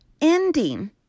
ending